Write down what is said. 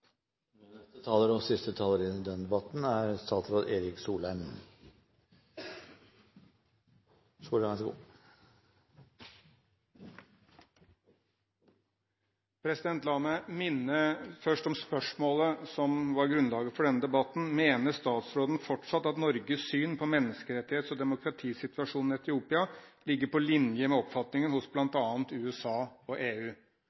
La meg først minne om spørsmålet som var grunnlaget for denne debatten: «Mener statsråden fortsatt at Norges syn på menneskerettighets- og demokratisituasjonen i Etiopia ligger på linje med oppfatningen hos bl.a. USA og EU?»